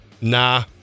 nah